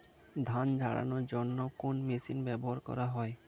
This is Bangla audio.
ধান উড়ানোর জন্য কোন মেশিন ব্যবহার করা হয়?